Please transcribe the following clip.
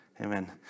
Amen